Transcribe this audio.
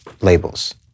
labels